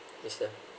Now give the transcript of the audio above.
it's a